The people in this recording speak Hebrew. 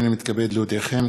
הנני מתכבד להודיעכם,